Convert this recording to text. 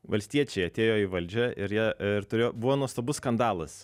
valstiečiai atėjo į valdžią ir jie ir turėjo buvo nuostabus skandalas